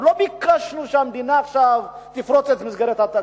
לא ביקשנו שהמדינה תפרוץ עכשיו את מסגרת התקציב.